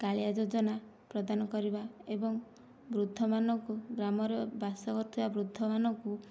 କାଳିଆ ଯୋଜନା ପ୍ରଦାନ କରିବା ଏବଂ ବୃଦ୍ଧମାନଙ୍କୁ ଗ୍ରାମର ବାସ କରୁଥିବା ବୃଦ୍ଧମାନଙ୍କୁ